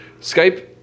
skype